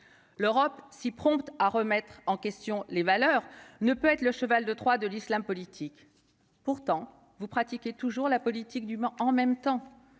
l'Europe, si prompte à remettre en question les valeurs ne peut être le cheval de Troie de l'Islam politique, pourtant vous pratiquez toujours la politique du Mans, en même temps,